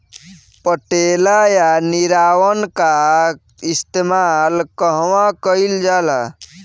पटेला या निरावन का इस्तेमाल कहवा कइल जाला?